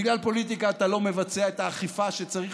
בגלל פוליטיקה אתה לא מבצע את האכיפה שצריך